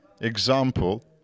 example